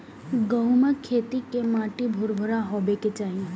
गहूमक खेत के माटि भुरभुरा हेबाक चाही